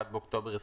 1 באוקטובר 2020,